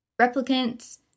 replicants